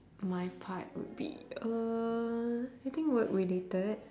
my part would be uh I think work related